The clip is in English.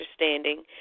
understanding